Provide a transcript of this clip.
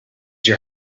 your